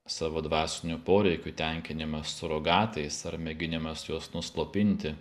savo dvasinių poreikių tenkinimas surogatais ar mėginimas juos nuslopinti